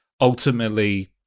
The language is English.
ultimately